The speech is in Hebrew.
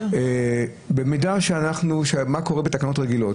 מה קורה בתקנות רגילות?